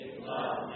love